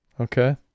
Okay